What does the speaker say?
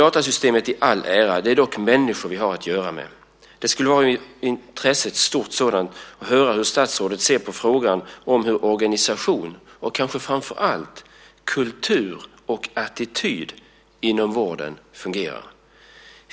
Datasystem i all ära, men det är dock människor vi har att göra med. Det skulle vara mycket intressant att höra hur statsrådet ser på frågan om hur organisation och kanske framför allt kultur och attityd inom vården fungerar.